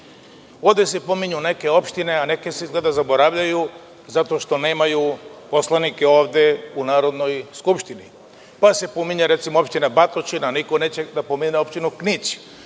Ovde se pominju neke opštine, a neke se izgleda zaboravljaju zato što nemaju poslanike ovde u Narodnoj skupštini. Recimo, pominje se opština Batočina, a niko neće da pomene opštinu Knić.